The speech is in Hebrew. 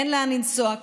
אין לאן לנסוע,